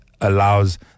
allows